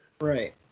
Right